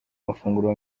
amafunguro